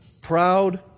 proud